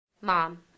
Mom